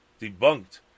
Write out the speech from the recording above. debunked